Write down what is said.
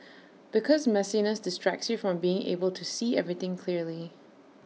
because messiness distracts you from being able to see everything clearly